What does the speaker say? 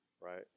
right